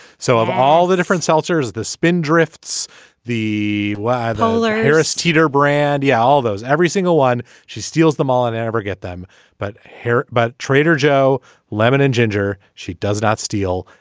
so of all the different salsas the spin drifts the bowler harris teeter brad. yeah all those every single one. she steals them all and they never get them butt hurt about but trader joe lemon and ginger. she does not steal.